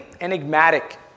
enigmatic